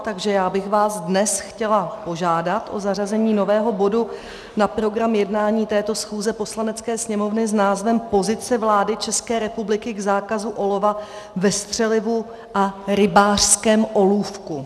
Takže bych vás dnes chtěla požádat o zařazení nového bodu na program jednání této schůze Poslanecké sněmovny s názvem Pozice vlády České republiky k zákazu olova ve střelivu a rybářském olůvku.